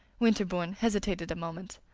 winterbourne hesitated a moment.